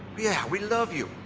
yeah, we love you.